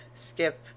skip